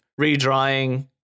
redrawing